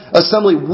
assembly